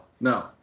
no